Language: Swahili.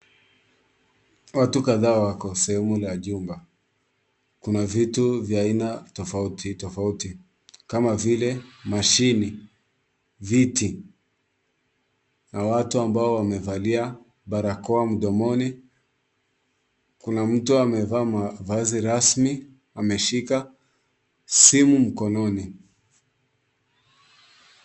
Watu kadhaa wako sehemu la jumba. Kuna vitu vya aina tofauti tofauti. Kama vile, mashini, viti, na watu ambao wamevalia barakoa mdomoni. Kuna mtu amevaa mavazi rasmi, ameshika, simu mkononi.